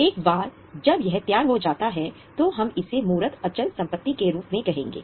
एक बार जब यह तैयार हो जाता है तो हम इसे मूर्त अचल संपत्ति के रूप में कहेंगे